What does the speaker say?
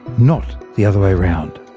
not the other way round.